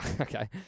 Okay